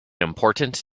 important